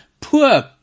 poor